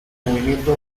movimiento